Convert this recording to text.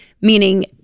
meaning